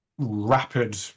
rapid